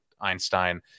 Einstein